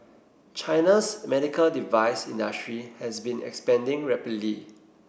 China's medical device industry has been expanding rapidly